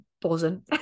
buzzing